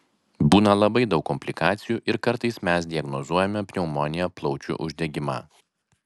būna labai daug komplikacijų ir kartais mes diagnozuojame pneumoniją plaučių uždegimą